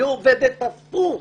היא עובדת הפוך.